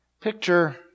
Picture